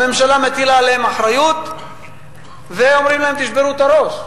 הממשלה מטילה עליהם אחריות ואומרת להם: תשברו את הראש.